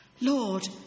Lord